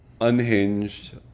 unhinged